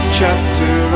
chapter